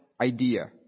idea